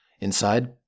Inside